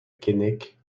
keinec